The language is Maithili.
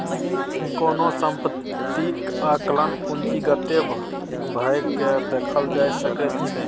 कोनो सम्पत्तीक आंकलन पूंजीगते भए कय देखल जा सकैत छै